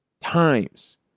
times